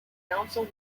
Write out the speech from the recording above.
council